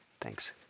Thanks